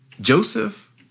Joseph